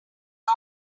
non